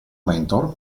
mentor